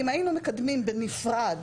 אם היינו מקדמים בנפרד